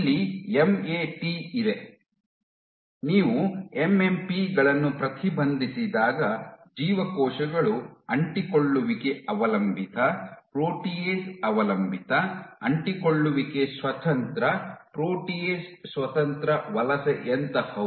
ಇಲ್ಲಿ ಎಂಎಟಿ ಇದೆ ನೀವು ಎಂಎಂಪಿ ಗಳನ್ನು ಪ್ರತಿಬಂಧಿಸಿದಾಗ ಜೀವಕೋಶಗಳು ಅಂಟಿಕೊಳ್ಳುವಿಕೆ ಅವಲಂಬಿತ ಪ್ರೋಟಿಯೇಸ್ ಅವಲಂಬಿತ ಅಂಟಿಕೊಳ್ಳುವಿಕೆ ಸ್ವತಂತ್ರ ಪ್ರೋಟಿಯೇಸ್ ಸ್ವತಂತ್ರ ವಲಸೆಯಂತಹವು